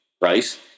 right